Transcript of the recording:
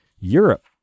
Europe